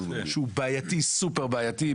זה סופר-בעייתי.